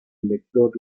lector